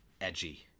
edgy